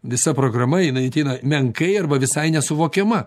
visa programa jinai ateina menkai arba visai nesuvokiama